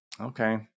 okay